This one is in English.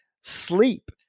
Sleep